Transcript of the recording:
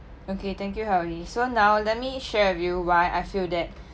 okay thank you so now let me share with you why I feel that